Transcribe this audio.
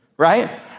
right